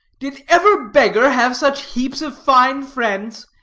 did ever beggar have such heaps of fine friends?